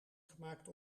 gemaakt